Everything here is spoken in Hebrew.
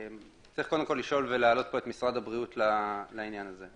צריך קודם כל לשאול ולהעלות פה את משרד הבריאות לעניין הזה.